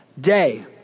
day